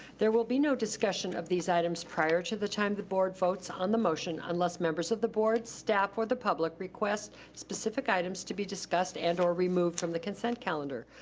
there will be no discussion of these items prior to the time the board votes on the motion, unless members of the board, staff, or the public request specific items to be discussed and or removed from the consent calendar.